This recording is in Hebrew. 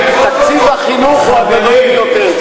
תקציב החינוך הוא הגדול ביותר,